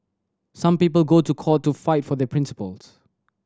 some people go to court to fight for their principles